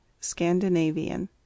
Scandinavian